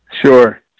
Sure